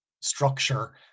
structure